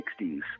1960s